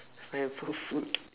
find for food